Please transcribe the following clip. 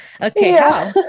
Okay